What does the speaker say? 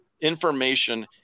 information